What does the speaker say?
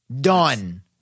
Done